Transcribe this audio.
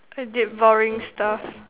I did boring stuff